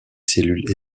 cellules